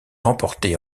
remportée